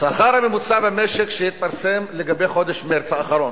השכר הממוצע במשק שהתפרסם לגבי חודש מרס האחרון,